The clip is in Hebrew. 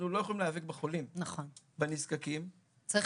אנחנו לא יכולים להיאבק בחולים ובנזקקים -- צריך